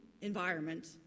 environment